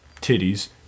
titties